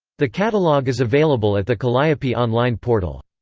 the catalogue is available at the kalliope online portal.